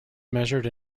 measured